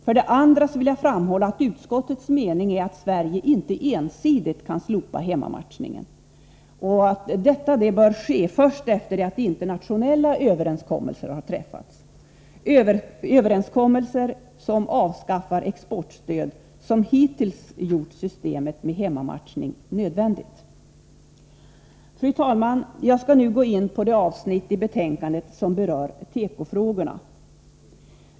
För det andra vill jag framhålla att utskottets mening är att Sverige inte ensidigt kan slopa hemmamatchningen. Detta bör ske först efter det att internationella överenskommelser har träffats — överenskommelser som avskaffar exportstöd vilket hittills gjort sysemet med hemmamatchning nödvändigt. Fru talman! Jag skall nu gå in på det avsnitt i betänkandet som berör tekofrågorna.